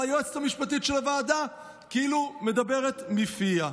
והיועצת המשפטית של הוועדה כאילו מדברת מפיה.